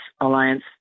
Alliance